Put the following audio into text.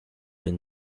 been